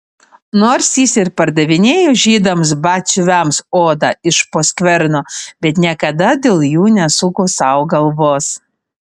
nors jis ir pardavinėjo žydams batsiuviams odą iš po skverno bet niekada dėl jų nesuko sau galvos